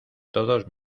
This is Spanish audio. todos